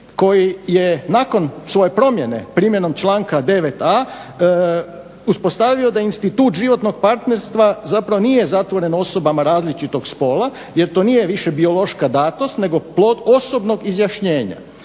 koji je nakon svoje promjene primjenom članka 9.a uspostavio da je institut životnog partnerstva nije zatvoren osobama različitog spola jer to nije više biološka datost nego plod osobnog izjašnjenja.